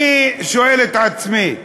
אני שואל את עצמי,